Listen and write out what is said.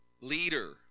leader